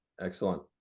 excellent